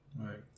Right